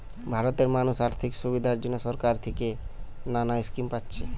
ভারতের মানুষ আর্থিক সুবিধার জন্যে সরকার থিকে নানা স্কিম পাচ্ছে